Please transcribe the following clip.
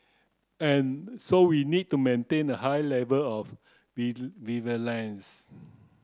and so we need to maintain a high level of vigilance